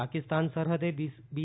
પાકિસ્તાન સરહદે બી